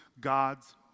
God's